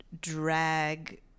drag